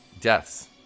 deaths